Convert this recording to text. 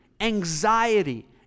anxiety